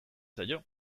zaio